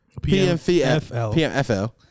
PMFL